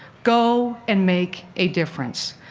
go and make a difference.